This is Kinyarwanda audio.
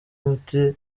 umuti